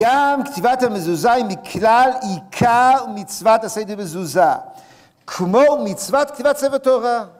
גם כתיבת המזוזה היא מכלל עיקר מצוות עשה. מזוזה כמו מצוות כתיבת ספר תורה